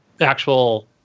actual